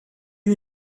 who